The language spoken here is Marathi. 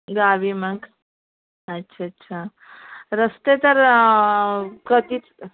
गावी मग अच्छा अच्छा रस्ते तर कधीचं